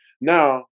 Now